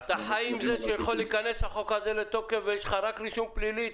אתה חי עם זה שיכול להיכנס החוק הזה לתוקף ויש לך רק רישום פלילי,